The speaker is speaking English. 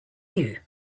you